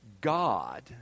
God